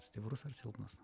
stiprus ar silpnas